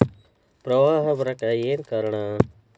ಪ್ರವಾಹ ಬರಾಕ್ ಏನ್ ಕಾರಣ?